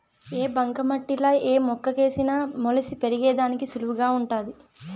ఈ బంక మట్టిలా ఏ మొక్కేసిన మొలిసి పెరిగేదానికి సులువుగా వుంటాది